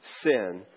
sin